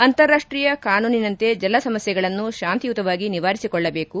ಅಂತಾರಾಷ್ಷೀಯ ಕಾನೂನಿನಂತೆ ಜಲಸಮಸ್ಥೆಗಳನ್ನು ಶಾಂತಿಯುತವಾಗಿ ನಿವಾರಿಸಿಕೊಳ್ಳಬೇಕು